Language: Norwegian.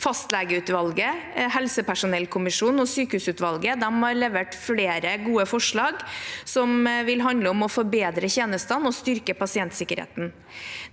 Fastlegeutvalget, helsepersonellkommisjonen og sykehusutvalget har levert flere gode forslag som vil handle om å forbedre tjenestene og styrke pasientsikkerheten.